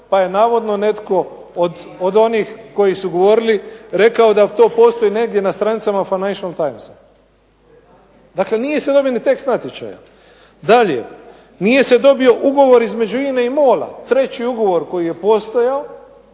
pa je navodno netko od onih koji su govorili rekao da to postoji na stranicama Financial times. Dakle, nije se dobio ni tekst natječaja. Dalje, nije se dobio ugovor između INA-e i MOL-a koji je postojao,